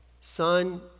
son